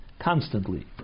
constantly